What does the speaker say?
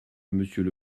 monsieur